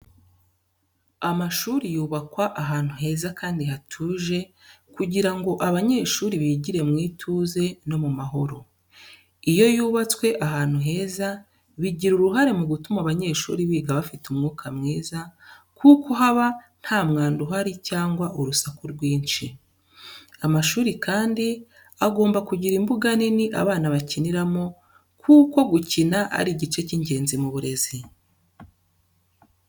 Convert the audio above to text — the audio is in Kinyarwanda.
Amashuri yubakwa ahantu heza kandi hatuje kugira ngo abanyeshuri bigire mu ituze no mu mahoro. Iyo yubatswe ahantu heza, bigira uruhare mu gutuma abanyeshuri biga bafite umwuka mwiza, kuko haba nta mwanda uhari cyangwa urusaku rwinshi. Amashuri kandi agomba kugira imbuga nini abana bakiniramo, kuko gukina ari igice cy'ingenzi mu burezi.